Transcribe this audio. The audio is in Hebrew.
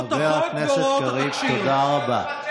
חבר הכנסת קריב, תודה רבה.